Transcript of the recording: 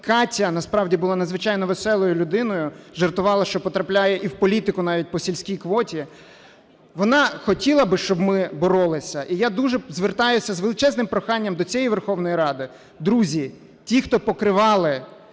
Катя насправді була надзвичайно веселою людиною, жартувала, що потрапляє і в політику навіть по сільській квоті. Вона хотіла б, щоб ми боролися. І я дуже звертаюся з величезним проханням до цієї Верховної Ради. Друзі, ті, хто покривали